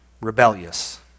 rebellious